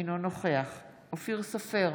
אינו נוכח אופיר סופר,